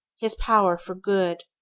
his power for good.